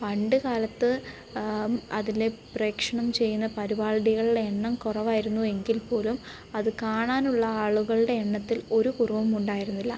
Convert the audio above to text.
പണ്ട് കാലത്ത് അതിൽ പ്രേക്ഷണം ചെയ്യുന്ന പരിപാടികളുടെ എണ്ണം കുറവായിരുന്നു എങ്കിൽപ്പോലും അത് കാണാനുള്ള ആളുകളുടെ എണ്ണത്തിൽ ഒരു കുറവും ഉണ്ടായിരുന്നില്ല